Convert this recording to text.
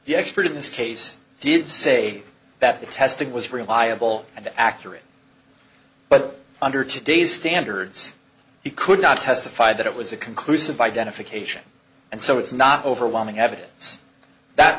expert in this case did say that the testing was reliable and accurate but under today's standards he could not testify that it was a conclusive identification and so it's not overwhelming evidence that